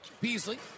Beasley